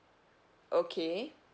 okay